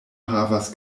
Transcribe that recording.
havas